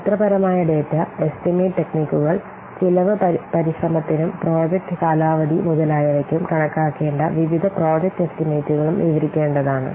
ചരിത്രപരമായ data estimate ടെക്നിക്കുകൾ ചെലവ് പരിശ്രമത്തിനും പ്രോജക്റ്റ് കാലാവധി മുതലായവയ്ക്കും കണക്കാക്കേണ്ട വിവിധ പ്രോജക്റ്റ് എസ്റ്റിമേറ്റുകളും വിവരികേണ്ടാതാണ്